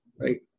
right